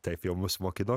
taip jau mus mokino